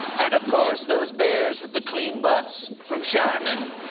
and of course those bears with the clean butts from charmin.